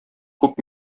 күп